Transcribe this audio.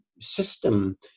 system